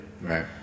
Right